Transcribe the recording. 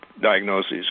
diagnoses